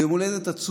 זה יום הולדת עצוב